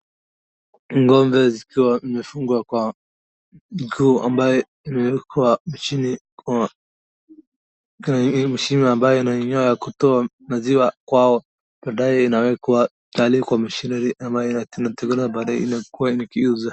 Ng'ombe zikiwa zimefungwa kwa miguu ambayo imewekwa machini kwa kwa mashine ambayo inayo ya kutoa maziwa kwao. Baadaye inawekwa tayari kwa mashine ambayo inatengeneza baadaye inakuwa ikiuza.